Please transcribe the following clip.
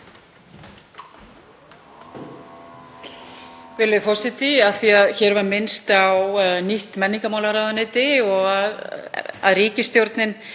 Virðulegi forseti. Af því að hér var minnst á nýtt menningarmálaráðuneyti og að ríkisstjórnin